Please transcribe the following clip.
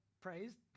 praised